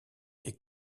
est